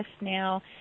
now